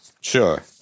Sure